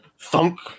Thunk